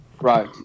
Right